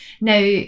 Now